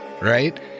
right